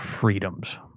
freedoms